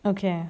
okay